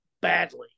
badly